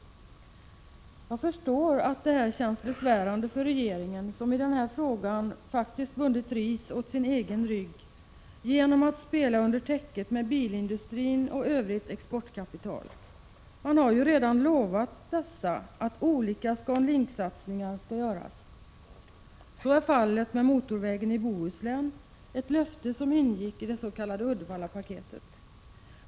Jag förstår att det känns besvärande för regeringen som i denna fråga faktiskt har bundit ris åt sin egen rygg genom att spela under täcket med bilindustrin och övrigt exportkapital. Man har ju lovat dessa att olika ScanLink-satsningar skall göras. Så är fallet med motorvägen i Bohuslän, det var ett löfte som ingick i dets.k. Uddevallapaketet.